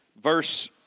verse